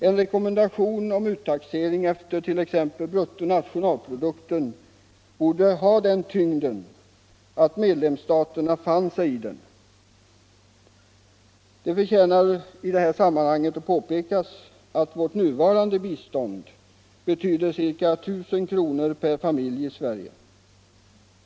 En rekommendation om uttaxering efter t.ex. bruttonationalprodukten borde ha sådan tyngd att medlemsstaterna fann sig i den. Det förtjänar i det här sammanhanget att påpekas att vårt nuvarande bistånd betyder ca 1 000 kr. per familj i Sverige.